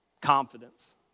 confidence